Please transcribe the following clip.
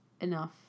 enough